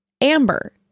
Amber